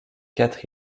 quatre